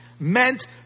meant